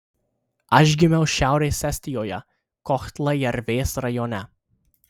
aš gimiau šiaurės estijoje kohtla jervės rajone